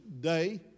day